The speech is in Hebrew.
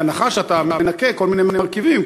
בהנחה שאתה מנכה כל מיני מרכיבים.